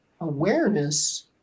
awareness